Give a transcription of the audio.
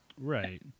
right